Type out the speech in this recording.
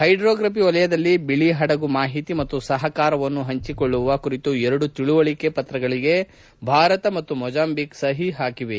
hydrography ವಲಯದಲ್ಲಿ ಬಿಳಿ ಹಡಗು ಮಾಹಿತಿ ಮತ್ತು ಸಹಕಾರವನ್ನು ಪಂಚಿಕೊಳ್ಳುವ ಕುರಿತು ಎರಡು ತಿಳುವಳಿಕೆ ಒಪ್ಪಂದಗಳಿಗೆ ಭಾರತ ಮತ್ತು ಮೊಜಾಂಬಿಕ್ ಸಹಿ ಹಾಕಿವೆ